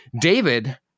David